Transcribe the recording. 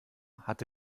hatte